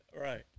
Right